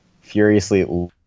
furiously